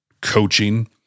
Coaching